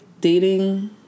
dating